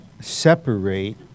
separate